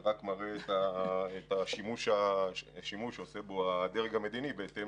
זה רק מראה את השימוש שעושה בו הדרג המדיני, בהתאם